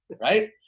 right